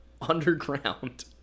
underground